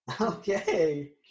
Okay